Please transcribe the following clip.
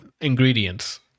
ingredients